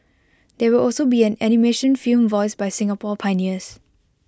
there will also be an animation film voiced by Singapore pioneers